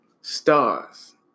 stars